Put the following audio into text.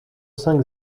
cinq